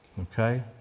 okay